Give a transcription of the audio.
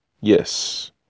Yes